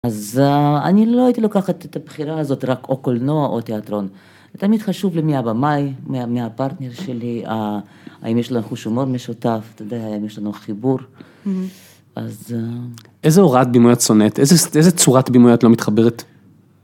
אז אני לא הייתי לוקחת את הבחירה הזאת רק או קולנוע או תיאטרון. זה תמיד חשוב למי הבמאי, מי הפרטנר שלי, האם יש לנו חוש הומור משותף, אתה יודע, אם יש לנו חיבור. אז... איזה הוראת בימוי את שונאת? איזה צורת בימוי את לא מתחברת?